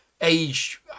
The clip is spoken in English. age